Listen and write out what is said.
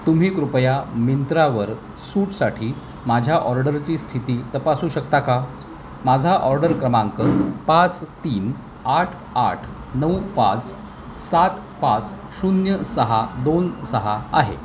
तुम्ही कृपया मिंत्रावर सूटसाठी माझ्या ऑर्डरची स्थिती तपासू शकता का माझा ऑर्डर क्रमांक पाच तीन आठ आठ नऊ पाच सात पाच शून्य सहा दोन सहा आहे